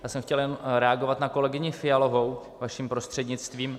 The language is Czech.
Já jsem chtěl jen reagovat na kolegyni Fialovou, vaším prostřednictvím.